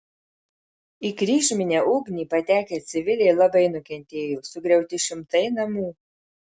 į kryžminę ugnį patekę civiliai labai nukentėjo sugriauti šimtai namų